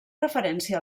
referència